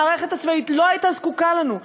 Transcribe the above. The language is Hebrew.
המערכת הצבאית לא הייתה זקוקה לנו.